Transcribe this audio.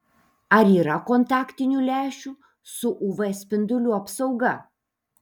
ar yra kontaktinių lęšių su uv spindulių apsauga